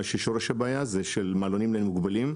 מה ששורש הבעיה זה מעלונים למוגבלים.